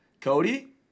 Cody